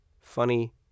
funny